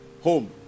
Home